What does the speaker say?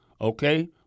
okay